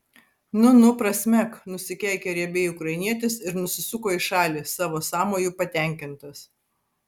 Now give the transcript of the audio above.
nu nu prasmek nusikeikė riebiai ukrainietis ir nusisuko į šalį savo sąmoju patenkintas